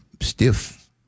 stiff